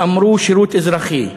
ואמרו שירות אזרחי.